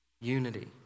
unity